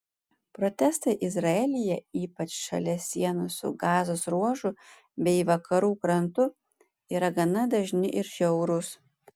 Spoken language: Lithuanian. protestai izraelyje ypač šalia sienų su gazos ruožu bei vakarų krantu yra gana dažni ir žiaurūs